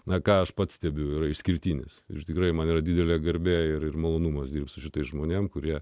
na ką aš pats stebiu yra išskirtinis ir tikrai man yra didelė garbė ir malonumas dirbti su šitais žmonėms kurie